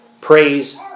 praise